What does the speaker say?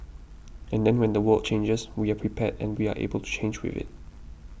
and then when the world changes we are prepared and we are able to change with it